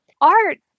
art